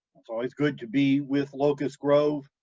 it's always good to be with locust grove.